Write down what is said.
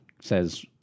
says